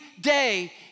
day